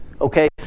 Okay